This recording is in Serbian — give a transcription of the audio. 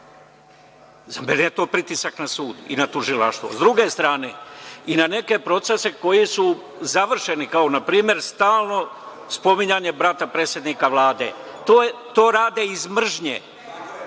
Za mene je to pritisak na sud i na tužilaštvo, s druge strane, i na neke procese koji su završeni, kao npr. stalno spominjanje brata predsednika Vlade. To rade iz mržnje